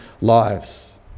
lives